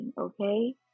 okay